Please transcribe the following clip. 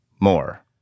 more